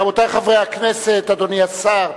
רבותי חברי הכנסת, אדוני השר,